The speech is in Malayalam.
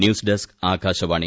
news desk Akashvani